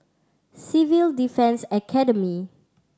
Civil Defence Academy